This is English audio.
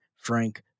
Frank